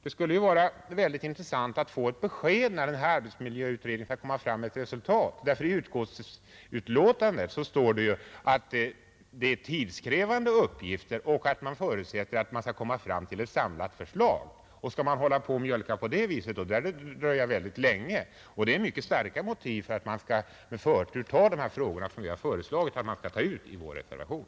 Det skulle vara mycket intressant att få ett besked om när arbetsmiljöutredningen skall lägga fram ett resultat. I utskottsbetänkandet står ju att det är tidskrävande uppgifter och att det förutsätts att man skall komma fram till ett samlat förslag. Skall man hålla på och mjölka på det viset, lär det dröja väldigt länge. Det finns mycket starka motiv för att man med förtur skall ta de frågor som vi har föreslagit i vår reservation.